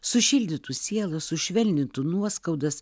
sušildytų sielą sušvelnintų nuoskaudas